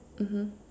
mmhmm